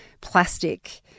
plastic